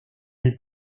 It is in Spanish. del